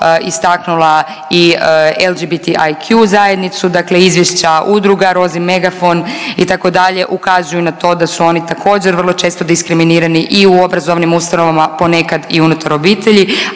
istaknula i LGBTIQ zajednicu, dakle izvješća udruga Rozi megafon itd., ukazuju na to da su oni također vrlo često diskriminirani i u obrazovnim ustanovama, ponekad i unutar obitelji,